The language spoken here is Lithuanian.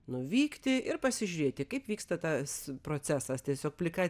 nuvykti ir pasižiūrėti kaip vyksta tas procesas tiesiog plika